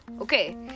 okay